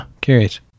curious